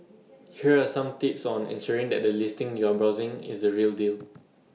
here are some tips on ensuring that the listing you are browsing is the real deal